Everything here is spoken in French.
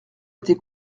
été